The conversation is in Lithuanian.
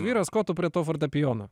vyras ko tu prie to fortepijono